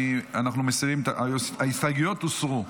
ההסתייגויות הוסרו.